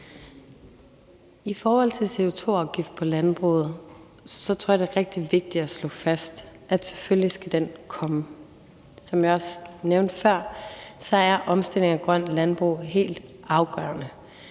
I forhold til CO2-afgift på landbruget tror jeg, det er rigtig vigtigt at slå fast, at selvfølgelig skal den komme. Som jeg også nævnte før, er omstillingen og grønt landbrug helt afgørende,